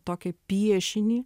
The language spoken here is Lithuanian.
tokį piešinį